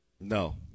No